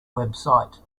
website